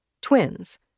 twins